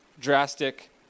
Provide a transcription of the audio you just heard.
drastic